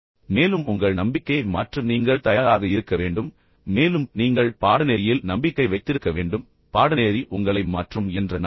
மேலும் உங்கள் நம்பிக்கையை மாற்ற நீங்கள் தயாராக இருக்க வேண்டும் மேலும் நீங்கள் பாடநெறியில் நம்பிக்கை வைத்திருக்க வேண்டும் பாடநெறி உங்களை மாற்றும் என்ற நம்பிக்கை